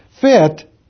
fit